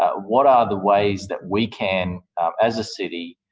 ah what are the ways that we can as a city